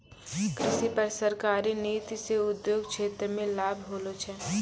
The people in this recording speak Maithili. कृषि पर सरकारी नीति से उद्योग क्षेत्र मे लाभ होलो छै